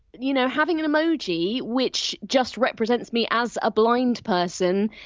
you know having an emoji which just represents me as a blind person,